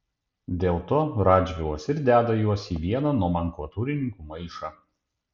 dėl to radžvilas ir deda juos į vieną nomenklatūrininkų maišą